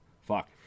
Fuck